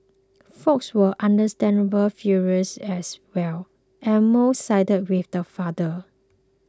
folks were understandably furious as well and most sided with the father